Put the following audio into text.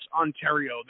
Ontario